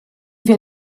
wir